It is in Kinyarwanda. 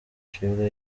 acibwa